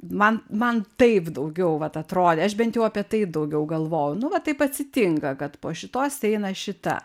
man man taip daugiau vat atrodė aš bent jau apie tai daugiau galvojau nu va taip atsitinka kad po šitos eina šita